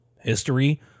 history